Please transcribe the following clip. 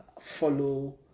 follow